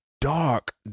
dark